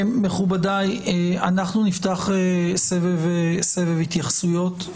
נפתח סבב התייחסויות.